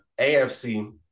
AFC